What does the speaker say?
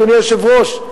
אדוני היושב-ראש.